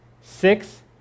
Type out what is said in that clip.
six